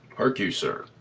hark you, sir,